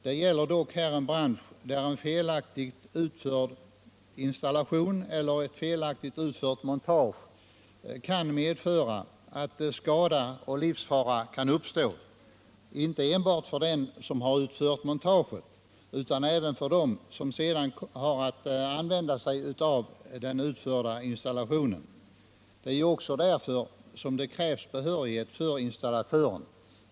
Det gäller dock en bransch där en felaktigt utförd installation eller ett felaktigt utfört montage kan medföra att skada och livsfara uppstår inte enbart för den som har utfört montaget utan även för dem som sedan har att använda sig av den utförda installationen. Det är ju också därför som det krävs behörighet för installatören.